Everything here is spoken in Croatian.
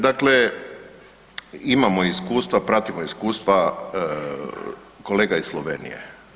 Dakle, imamo iskustva, pratimo iskustva kolega iz Slovenije.